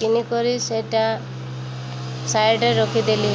କିଣିକରି ସେଇଟା ସାଇଡ଼ରେ ରଖିଦେଲି